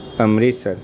Amritsar